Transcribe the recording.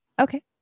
Okay